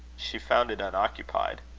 she found it unoccupied.